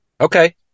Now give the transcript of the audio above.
Okay